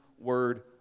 Word